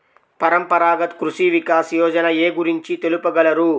పరంపరాగత్ కృషి వికాస్ యోజన ఏ గురించి తెలుపగలరు?